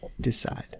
decide